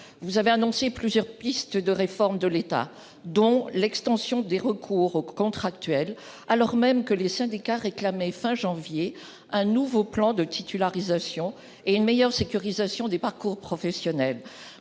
vous avez annoncé plusieurs pistes de réforme de l'État, dont l'extension des recours aux contractuels, alors même que les syndicats réclamaient fin janvier, un nouveau plan de titularisation et une meilleure sécurisation des parcours professionnels